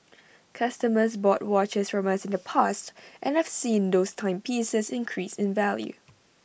customers bought watches from us in the past and have seen those timepieces increase in value